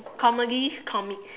comedies comics